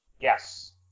Yes